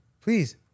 Please